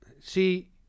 see